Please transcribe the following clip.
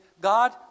God